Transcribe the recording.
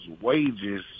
wages